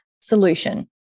solution